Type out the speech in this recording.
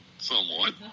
Somewhat